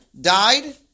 died